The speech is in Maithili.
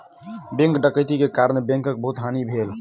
बैंक डकैती के कारण बैंकक बहुत हानि भेल